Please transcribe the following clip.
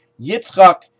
Yitzchak